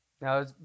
Now